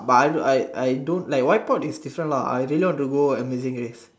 but I do I I don't like wipe out is this like I really want to go amazing race